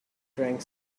drank